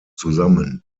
zusammen